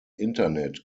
internet